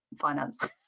finance